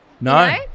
No